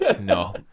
No